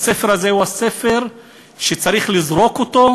ואנשים אחרים, מתעלמים מהזכות שלהם לחיות.